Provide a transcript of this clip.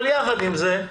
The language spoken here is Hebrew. אבל יחד עם זה,